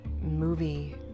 movie